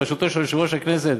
בראשותו של יושב-ראש הכנסת